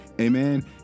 Amen